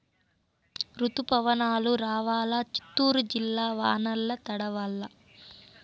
రుతుపవనాలు రావాలా చిత్తూరు జిల్లా వానల్ల తడవల్ల